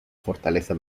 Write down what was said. fortaleza